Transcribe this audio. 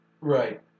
Right